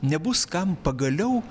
nebus kam pagaliau